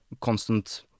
constant